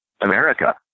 America